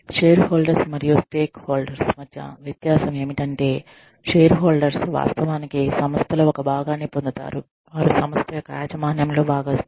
share holders మరియు stake holders మధ్య వ్యత్యాసం ఏమిటంటే షేర్ హోల్డర్స్ వాస్తవానికి సంస్థలో ఒక భాగాన్ని పొందుతారు వారు సంస్థ యొక్క యాజమాన్యయంలో భాగస్తులు